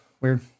Weird